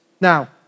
Now